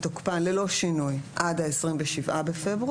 את תוקפן ללא שינוי עד ה-27 בפברואר,